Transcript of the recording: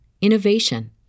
innovation